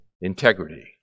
integrity